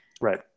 Right